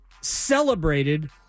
celebrated